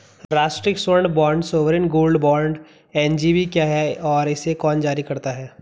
राष्ट्रिक स्वर्ण bond sovereign gold bond SGB क्या है और इसे कौन जारी करता है?